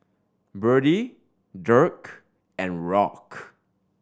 Bertie Dirk and Rock